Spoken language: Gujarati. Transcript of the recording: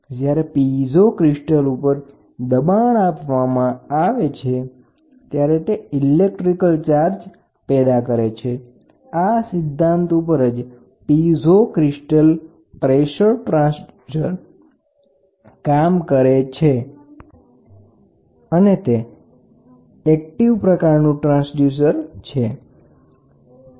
જ્યારે પીઝો ક્રિસ્ટલ ઉપર દબાણ આપવામાં આવે છે ત્યારે તે ઇલેક્ટ્રિક ચાર્જ પેદા કરે છે આ સિદ્ધાંત ઉપર જ પીઝો ક્રિસ્ટલ પ્રેસર ટ્રાન્સડ્યુસર કામ કરે છે અને તે એક્ટિવ પ્રકારનું ટ્રાન્સડ્યુસર્સ છે